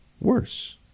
worse